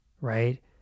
right